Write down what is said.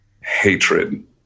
hatred